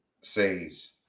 says